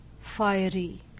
fiery